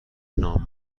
نامه